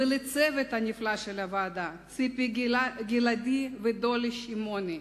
ולצוות הנפלא של הוועדה, ציפי גלעדי ודולי שמעוני.